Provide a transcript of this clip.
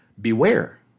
beware